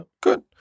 Good